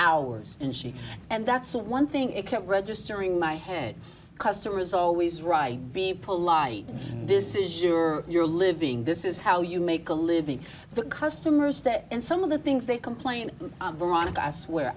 hours and she and that's one thing it kept registering my head customer is always right be polite this is your your living this is how you make a living but customers that and some of the things they complain veronica i swear